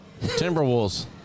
Timberwolves